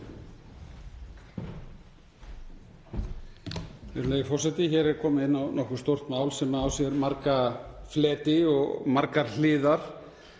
Hér er komið inn á nokkuð stórt mál sem á sér marga fleti og margar hliðar.